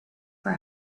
for